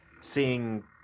seeing